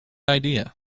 idea